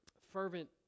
fervent